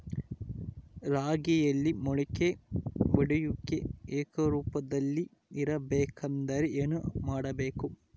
ರಾಗಿಯಲ್ಲಿ ಮೊಳಕೆ ಒಡೆಯುವಿಕೆ ಏಕರೂಪದಲ್ಲಿ ಇರಬೇಕೆಂದರೆ ಏನು ಮಾಡಬೇಕು?